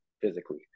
physically